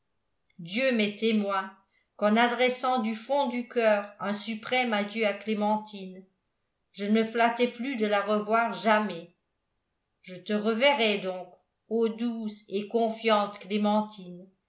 dieu m'est témoin qu'en adressant du fond du coeur un suprême adieu à clémentine je ne me flattais plus de la revoir jamais je te reverrai donc ô douce et confiante clémentine